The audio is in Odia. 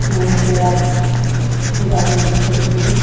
ମୁଁ ଗୋଟେ ଆପ୍ ଡାଉନ୍ଲୋଡ଼୍ କରିଥିଲି